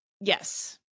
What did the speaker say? Yes